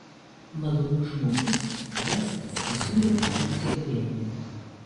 malonus žmogus vestas pasiūlė hariui cigaretę